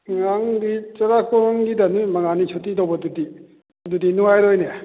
ꯑꯉꯥꯡꯗꯤ ꯆꯨꯔꯥ ꯀꯣꯔꯣꯟꯒꯤꯗ ꯅꯨꯃꯤꯠ ꯃꯉꯥꯅꯤ ꯁꯨꯇꯤ ꯂꯧꯕꯗꯨꯗꯤ ꯑꯗꯨꯗꯤ ꯅꯨꯡꯉꯥꯏꯔꯣꯏꯅꯦ